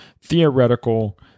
theoretical